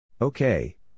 Okay